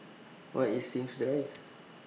Where IS Sims Drive